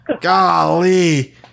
Golly